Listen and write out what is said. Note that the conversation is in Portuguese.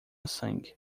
sangue